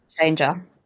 changer